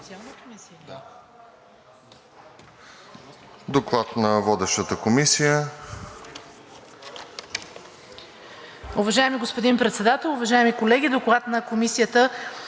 доклад на водещата комисия,